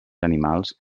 animals